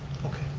okay.